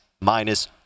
minus